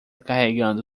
carregando